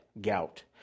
gout